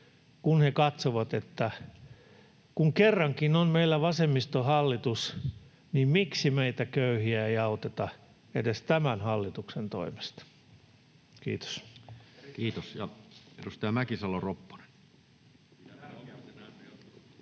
kun he katsovat, että kun kerrankin on meillä vasemmistohallitus, niin miksi meitä köyhiä ei auteta edes tämän hallituksen toimesta. — Kiitos.